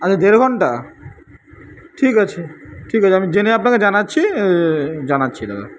আচ্ছা দেড় ঘণ্টা ঠিক আছে ঠিক আছে আমি জেনে আপনাকে জানাচ্ছি জানাচ্ছি দাদা